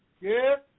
yes